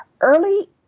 Early